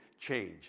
change